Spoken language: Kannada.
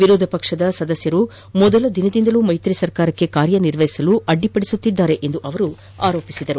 ವಿರೋಧ ಪಕ್ಷದ ಸದಸ್ಯರು ಮೊದಲ ದಿನದಿಂದಲೂ ಮೈತ್ರಿ ಸರ್ಕಾರಕ್ಕೆ ಕಾರ್ಯನಿರ್ವಹಿಸಲು ಅಡ್ಡಿಪಡಿಸುತ್ತಿದ್ದಾರೆ ಎಂದು ಅವರು ಆರೋಪಿಸಿದರು